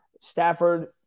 Stafford